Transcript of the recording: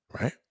right